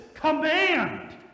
Command